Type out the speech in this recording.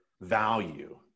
value